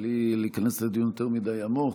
בלי להיכנס לדיון יותר מדי עמוק,